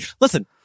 Listen